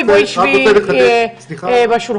אני רק רוצה לחדד, משפט